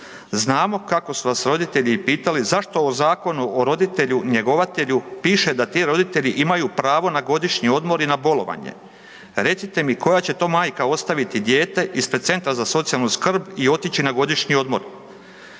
Znamo kako su vas roditelji pitali zašto o Zakonu o rodilju njegovatelju piše da ti roditelji imaju pravo na godišnji odmor i na bolovanje. Recite mi, koja će to majka ostaviti dijete ispred Centra za socijalnu skrb i otići na godišnji odmor.